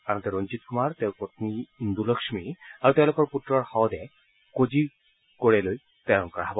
আনহাতে ৰঞ্জিত কুমাৰ তেওঁৰ পন্নী ইন্দু লক্ষ্মী আৰু তেওঁলোকৰ পূত্ৰৰ শৱদেহ কোজিকোডেলৈ প্ৰেৰণ কৰা হব